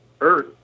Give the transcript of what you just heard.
earth